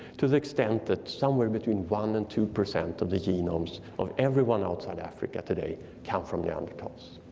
to the extent that somewhere between one and two percent of the genomes of everyone outside africa today come from neanderthals.